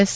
S